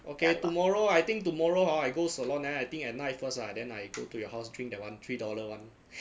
okay tomorrow I think tomorrow hor I go salon then I think at night first lah then I go to your house drink that one three dollar [one]